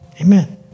amen